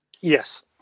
yes